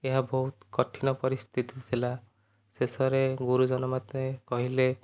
ଏହା ବହୁତ କଠିନ ପରିସ୍ଥିତି ଥିଲା ଶେଷରେ ଗୁରୁଜନ ମୋତେ କହିଲେ